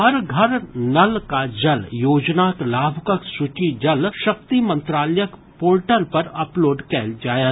हर घर नल का जल योजनाक लाभुकक सूची जलशक्ति मंत्रालयक पोर्टल पर अपलोड कयल जायत